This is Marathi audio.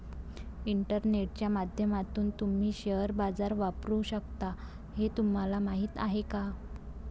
इंटरनेटच्या माध्यमातून तुम्ही शेअर बाजार वापरू शकता हे तुम्हाला माहीत आहे का?